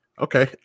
Okay